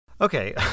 Okay